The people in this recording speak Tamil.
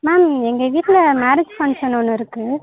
மேம் எங்கள் வீட்டில் மேரேஜ் ஃபங்க்ஷன் ஒன்று இருக்குது